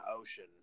ocean